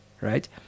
right